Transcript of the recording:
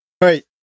Right